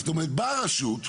אז באה רשות,